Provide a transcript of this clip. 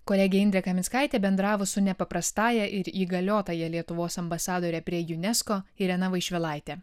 kolegė indrė kaminskaitė bendravo su nepaprastąja ir įgaliotąja lietuvos ambasadore prie unesco irena vaišvilaite